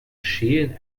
schälen